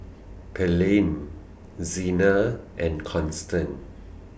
Pearlie Zena and Constance